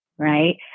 Right